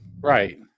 Right